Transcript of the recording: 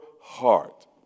heart